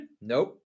Nope